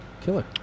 killer